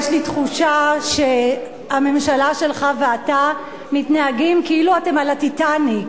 יש לי תחושה שהממשלה שלך ואתה מתנהגים כאילו אתם על ה"טיטניק".